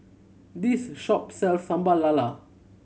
this shop sells Sambal Lala